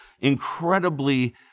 incredibly